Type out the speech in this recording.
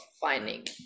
finding